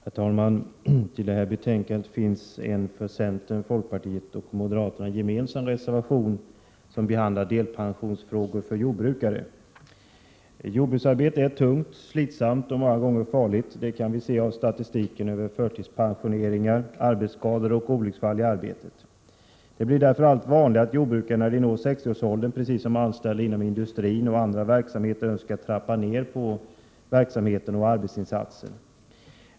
Herr talman! Till det här betänkandet finns en för centern, folkpartiet och moderaterna gemensam reservation som behandlar delpensionsfrågor för jordbrukare. Jordbruksarbete är tungt, slitsamt och många gånger farligt. Det kan vi se av statistiken över förtidspensioneringar, arbetsskador och olycksfall i arbetet. Därför blir det allt vanligare att jordbrukare när de når 60-årsåldern precis som anställda inom industrin och andra verksamheter önskar trappa ner verksamheten och arbetsinsatsen.